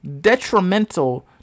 detrimental